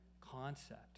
concept